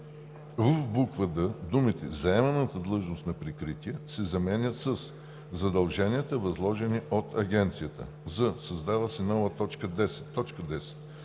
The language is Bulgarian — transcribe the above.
в буква „д“ думите „заеманата длъжност на прикритие“ се заменят със „задълженията, възложени от Агенцията“; з) създава се нова т. 10: